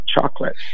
chocolate